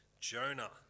Jonah